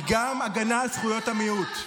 היא גם הגנה על זכויות המיעוט.